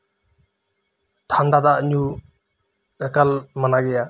ᱴᱷᱟᱱᱰᱟ ᱫᱟᱜ ᱧᱩ ᱮᱠᱟᱞ ᱢᱟᱱᱟ ᱜᱮᱭᱟ